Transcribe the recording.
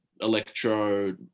electro